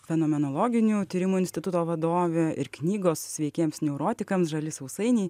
fenomenologinių tyrimų instituto vadovė ir knygos sveikiems neurotikams žali sausainiai